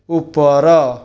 ଉପର